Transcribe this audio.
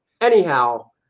anyhow